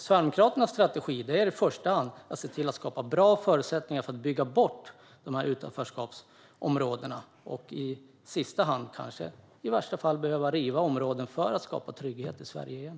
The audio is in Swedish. Sverigedemokraternas strategi är i första hand att skapa bra förutsättningar för att bygga bort utanförskapsområdena, i sista hand - i värsta fall - att behöva riva områden för att skapa trygghet i Sverige igen.